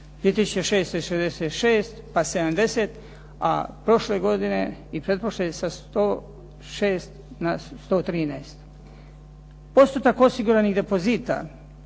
66, pa 70, a prošle godine sa 106 na 113. Postotak osiguranih depozita